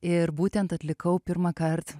ir būtent atlikau pirmąkart